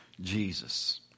Jesus